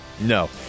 No